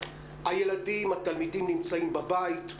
הילדים, התלמידים נמצאים בבית,